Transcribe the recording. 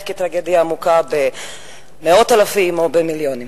כטרגדיה עמוקה למאות אלפים או למיליונים.